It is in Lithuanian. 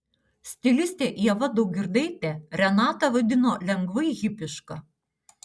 stilistė ieva daugirdaitė renatą vadino lengvai hipiška